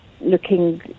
looking